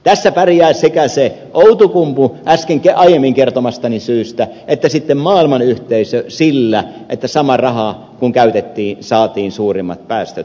tässä pärjää sekä se outokumpu aiemmin kertomastani syystä että sitten maailmanyhteisö sillä että sama raha kun käytettiin saatiin suurimmat päästöt aikaiseksi